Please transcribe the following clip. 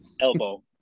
elbow